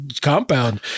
compound